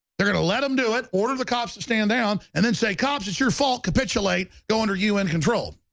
they're gonna let them do it order the cops to stand down and then say cops it's your fault capitulate go under you and control.